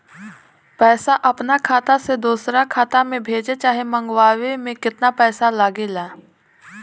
पैसा अपना खाता से दोसरा खाता मे भेजे चाहे मंगवावे में केतना पैसा लागेला?